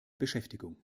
beschäftigung